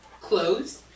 clothes